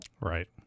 Right